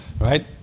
right